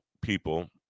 people